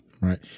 Right